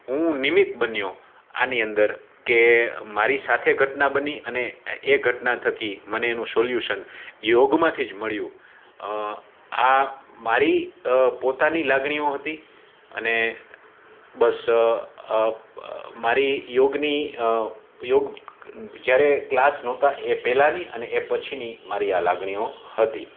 નિમિત્ત બન્યો આની અંદર કે મારી સાથે ઘટના બની અને એ ઘટના થકી મને એનું સોલ્યુશન યોગમાંથી જ મળ્યું આ મારી પોતાની લાગણીઓ હતી અને બસ મારી યોગની યોગ જયારે કલાસ નહોતા એ પહેલાંની અને એ પછીની મારી આ લાગણીઓ હતી